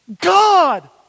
God